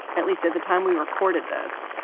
at least at the time we recorded this,